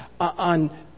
on